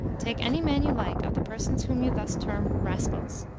take any man you like of the persons whom you thus term rascals.